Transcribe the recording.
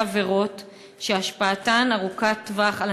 עבירות שהשפעתן על הנפגעים ארוכת טווח,